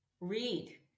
read